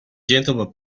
gentleman